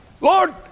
Lord